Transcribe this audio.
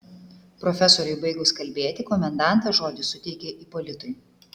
profesoriui baigus kalbėti komendantas žodį suteikė ipolitui